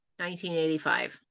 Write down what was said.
1985